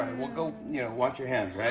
um well, go wash your hands, alright?